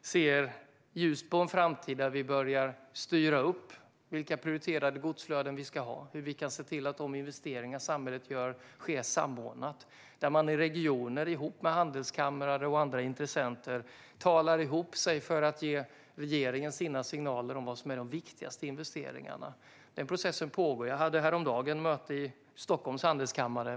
ser ljust på en framtid där vi börjar styra upp vilka prioriterade godsflöden vi ska ha och hur vi ska se till att samordna de investeringar samhället gör. I regioner talar man tillsammans med handelskamrar och andra intressenter ihop sig för att ge regeringen sina signaler om vilka de viktigaste investeringarna är. Den processen pågår. Häromdagen hade jag ett möte med Stockholms Handelskammare.